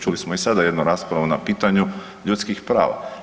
Čuli smo i sada jednu raspravu na pitanju ljudskih prava.